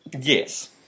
Yes